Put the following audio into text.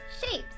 shapes